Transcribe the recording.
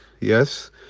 yes